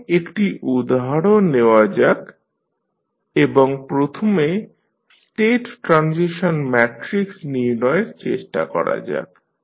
এখন একটি উদাহরণ নেওয়া যাক এবং প্রথমে স্টেট ট্রানজিশন ম্যাট্রিক্স নির্ণয়ের চেষ্টা করা যাক